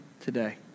today